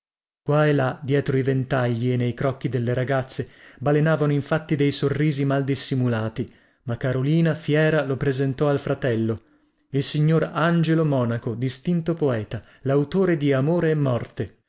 qua e là dietro i ventagli e nei crocchi delle ragazze balenavano infatti dei sorrisi mal dissimulati ma carolina fiera lo presentò al fratello il signor angelo monaco distinto poeta lautore di amore e morte